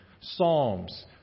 psalms